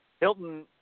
Hilton